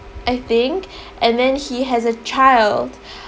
I think and then he has a child